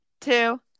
two